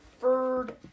furred